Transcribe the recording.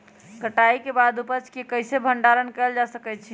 कटाई के बाद उपज के कईसे भंडारण कएल जा सकई छी?